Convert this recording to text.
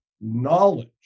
knowledge